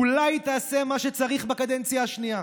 אולי תעשה מה שצריך בקדנציה השנייה,